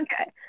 Okay